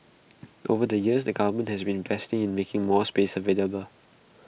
over the years the government has been investing in making more spaces available